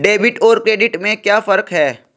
Debit और credit में क्या फर्क है?